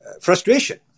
frustration